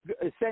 send